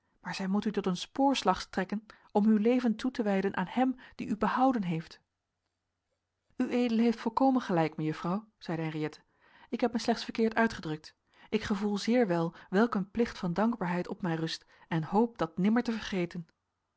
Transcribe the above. maar zij moet u tot een spoorslag strekken om uw leven toe te wijden aan hem die u behouden heeft ued heeft volkomen gelijk mejuffrouw zeide henriëtte ik heb mij slechts verkeerd uitgedrukt ik gevoel zeer wel welk een plicht van dankbaarheid op mij rust en hoop dat nimmer te vergeten